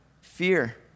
fear